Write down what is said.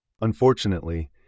Unfortunately